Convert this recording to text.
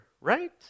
Right